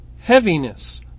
heaviness